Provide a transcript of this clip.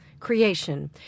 creation